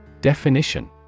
Definition